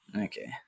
Okay